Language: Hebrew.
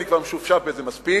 אני כבר משופשף בזה מספיק.